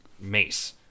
mace